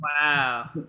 Wow